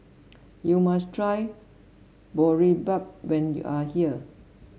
you must try Boribap when you are here